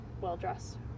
well-dressed